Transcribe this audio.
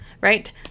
right